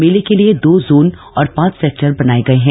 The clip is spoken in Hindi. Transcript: मेले के लिए दो जोन और पांच सेक्टर बनाए हैं